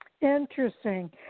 Interesting